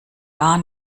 gar